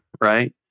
right